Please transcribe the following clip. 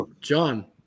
John